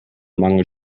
mangel